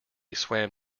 swam